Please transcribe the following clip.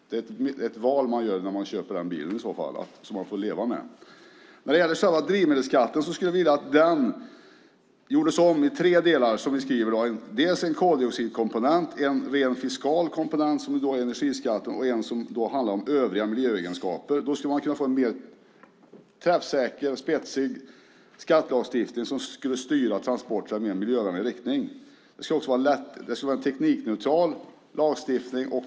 Det är ett val man gör när man köper den bilen. Vi skulle vilja att drivmedelsskatten görs om till tre delar: en koldioxidkomponent, en fiskal komponent som är energiskatt och en del som gäller övriga miljöegenskaper. Då skulle man kunna få en mer träffsäker och spetsig skattelagstiftning som skulle styra transporterna i en mer miljövänlig riktning. Det skulle vara en teknikneutral lagstiftning.